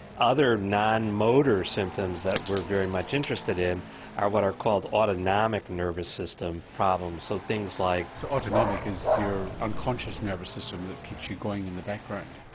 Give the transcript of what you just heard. other non-motor symptoms that we're very much interested in are what are called autonomic nervous system problems so things like. autonomic is your unconscious nervous system that keeps you going in the background.